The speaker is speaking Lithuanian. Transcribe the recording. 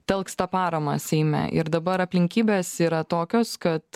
telks tą paramą seime ir dabar aplinkybės yra tokios kad